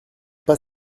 pas